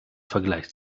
vergleich